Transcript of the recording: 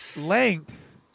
length